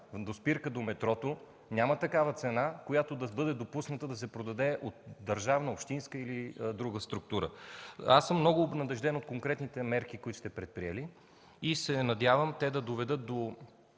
до спирка на метрото – няма такава цена, която да бъде допусната да се продаде от държавна, общинска или друга структура. Много съм обнадежден от конкретните мерки, които сте предприели и се надявам те да доведат до